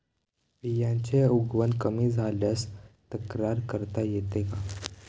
बियाण्यांची उगवण कमी झाल्यास तक्रार करता येते का?